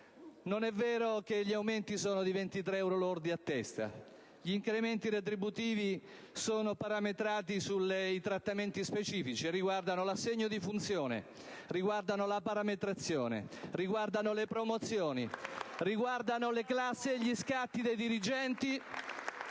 Non è vero che gli aumenti sono pari a 23 euro lordi a testa: gli incrementi retributivi sono parametrati sui trattamenti specifici e riguardano l'assegno di funzione, la parametrazione, le promozioni, le classi e gli scatti dei dirigenti